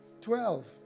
Twelve